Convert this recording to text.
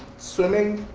swimming,